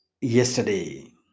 yesterday